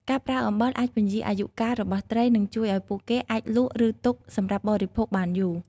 ការប្រើអំបិលអាចពន្យារអាយុកាលរបស់ត្រី និងជួយឱ្យពួកគេអាចលក់ឬទុកសម្រាប់បរិភោគបានយូរ។